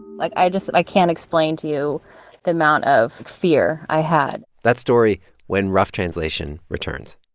like, i just i can't explain to you the amount of fear i had that story when rough translation returns